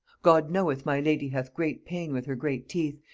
god knoweth my lady hath great pain with her great teeth,